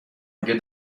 اگه